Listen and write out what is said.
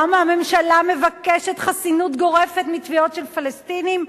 למה הממשלה מבקשת חסינות גורפת מתביעות של פלסטינים,